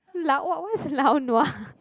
lau what what is lau nua